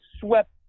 swept